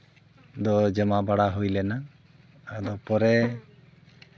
ᱫᱚ ᱡᱚᱢᱟ ᱵᱟᱲᱟ ᱦᱩᱭ ᱞᱮᱱᱟ ᱟᱫᱚ ᱯᱚᱨᱮ